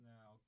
Now